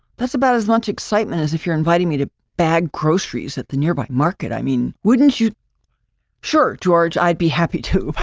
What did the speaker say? that's about as much excitement as if you're inviting inviting me to bag groceries at the nearby market. i mean, wouldn't you sure, george? i'd be happy to.